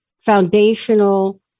foundational